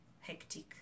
hectic